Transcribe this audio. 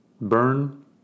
burn